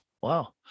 Wow